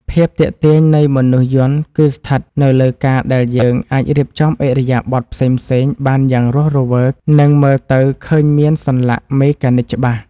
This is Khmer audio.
ភាពទាក់ទាញនៃមនុស្សយន្តគឺស្ថិតនៅលើការដែលយើងអាចរៀបចំឥរិយាបថផ្សេងៗបានយ៉ាងរស់រវើក និងមើលទៅឃើញមានសន្លាក់មេកានិចច្បាស់។